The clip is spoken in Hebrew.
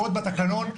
בתקנון,